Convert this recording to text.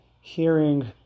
hearing